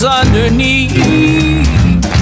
underneath